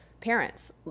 parents